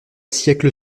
siècle